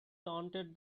taunted